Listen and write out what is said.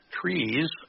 trees